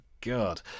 God